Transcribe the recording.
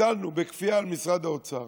ביטלנו בכפייה על משרד האוצר